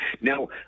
now